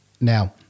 Now